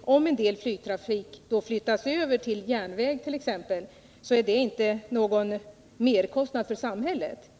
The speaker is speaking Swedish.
om en del trafikanter övergår från flyg till exempelvis järnväg är det inte någon merkostnad för samhället.